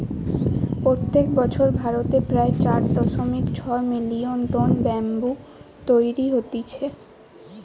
প্রত্যেক বছর ভারতে প্রায় চার দশমিক ছয় মিলিয়ন টন ব্যাম্বু তৈরী হতিছে